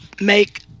make